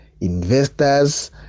investors